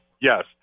Yes